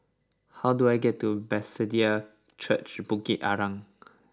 how do I get to Bethesda Church Bukit Arang